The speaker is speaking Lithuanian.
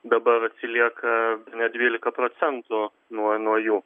dabar atsilieka net dvylika procentų nuo nuo jų